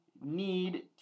need